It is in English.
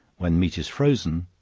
when meat is frozen,